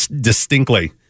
distinctly